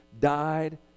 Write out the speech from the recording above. died